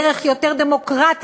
דרך יותר דמוקרטית,